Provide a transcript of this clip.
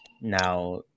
Now